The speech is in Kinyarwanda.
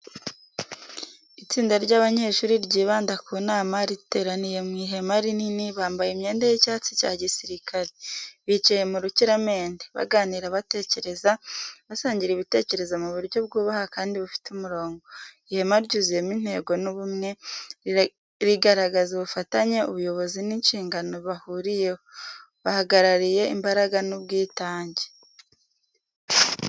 Itsinda ry'abanyeshuri ryibanda ku nama, riteraniye mu ihema rinini, bambaye imyenda y’icyatsi cya gisirikare. Bicaye mu rukiramende, baganira batekereza, basangira ibitekerezo mu buryo bwubaha kandi bufite umurongo. Ihema ryuzuyemo intego n’ubumwe, rigaragaza ubufatanye, ubuyobozi n’inshingano bahuriyeho. Bahagarariye imbaraga n’ubwitange.